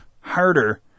harder